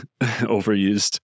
overused